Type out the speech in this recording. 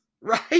right